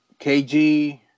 KG